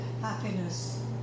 happiness